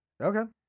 Okay